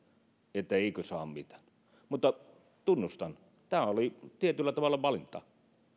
että eikö saa mitään mutta tunnustan tämä oli tietyllä tavalla valinta